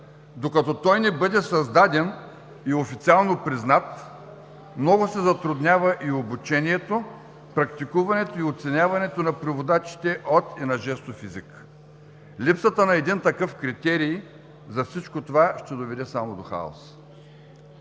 Докато той не бъде създаден и официално признат много се затруднява и обучението, практикуването и оценяването на преводачите от и на жестов език. Липсата на един такъв критерий за всичко това ще доведе само до хаос.